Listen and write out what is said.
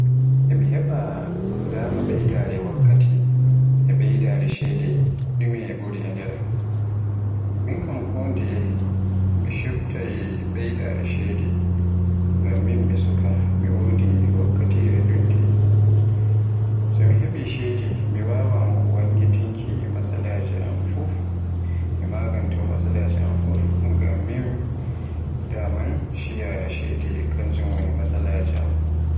E mi heba beydaare wakkati e ɓeydare ceede ɗume ɓuri e nder. mi kam kondeye mi chubtaa ɓeydaare ceede, ngam mi mi sukaa mi wodi wakkatire ɗuɗɗe. so mi heɓi ceede mi wawan magantaaki matsalaje am fuf, ngam min daman shiiya ceede kanjum woni matsalaaje am.